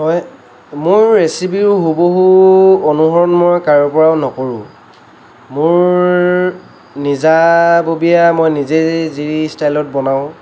হয় মোৰ ৰেচিপিবোৰ হুবহু অনুসৰণ মই কাৰোঁ পৰাও নকৰোঁ মোৰ নিজাববীয়া মই নিজে যি ষ্টাইলত বনাওঁ